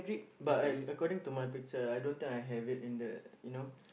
but uh according to my picture I don't think I have it in the you know